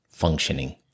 functioning